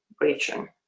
region